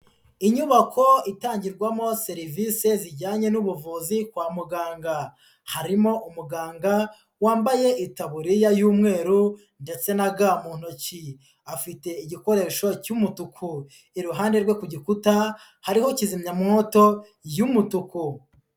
Inyubako itangirwamo serivisi zijyanye n'ubuvuzi kwa muganga, harimo umuganga wambaye itaburiya y'umweru ndetse na ga mu ntoki, afite igikoresho cy'umutuku, iruhande rwe ku gikuta hariho kizimyamwoto y'umutuku.